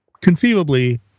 conceivably